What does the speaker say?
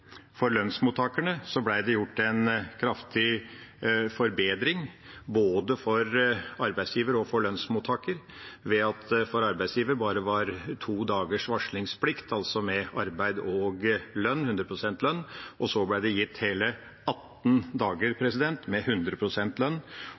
For lønnsmottakerne ble det gjort en kraftig forbedring for både arbeidsgiver og lønnsmottaker ved at det for arbeidsgiver bare var to dagers varslingsplikt, altså med arbeid og 100 pst. lønn. Så ble det gitt hele 18 dager